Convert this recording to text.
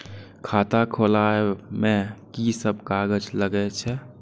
खाता खोलाअब में की सब कागज लगे छै?